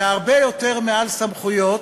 וזה הרבה יותר מעל סמכויות.